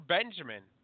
Benjamin